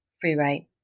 Free-write